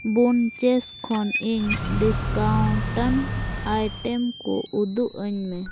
bunches ᱠᱷᱚᱱ ᱤᱧ discount item ᱠᱚ ᱩᱫᱩᱜ ᱟᱹᱧᱢᱮ